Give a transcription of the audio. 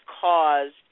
caused